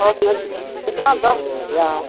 थोक में कितना दस रुपया